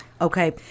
Okay